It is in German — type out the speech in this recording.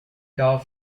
gar